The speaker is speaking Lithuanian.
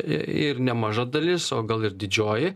ir nemaža dalis o gal ir didžioji